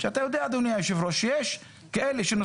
אתה יודע אדוני היושב ראש שיש כאלה שבכל